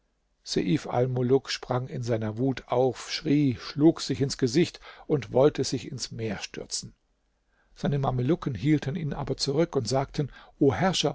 sprang in seiner wut auf schrie schlug sich ins gesicht und wollte sich ins meer stürzen seine mamelucken hielten ihn aber zurück und sagten o herrscher